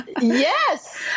Yes